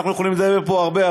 אנחנו יכולים לדבר פה הרבה,